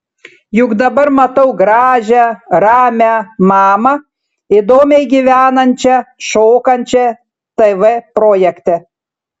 juk dabar matau gražią ramią mamą įdomiai gyvenančią šokančią tv projekte